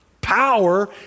Power